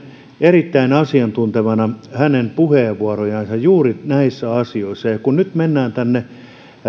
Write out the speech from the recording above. erittäin asiantuntevana hänen puheenvuorojansa juuri näissä asioissa ja kun nyt mennään